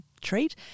treat